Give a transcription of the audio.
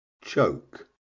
Choke